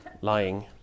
lying